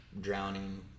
drowning